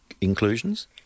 inclusions